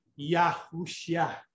Yahushua